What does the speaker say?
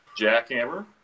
Jackhammer